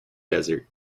desert